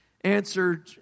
answered